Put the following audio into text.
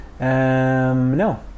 No